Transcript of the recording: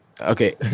Okay